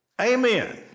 amen